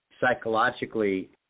psychologically